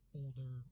older